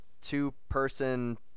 two-person